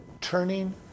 turning